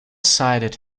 sided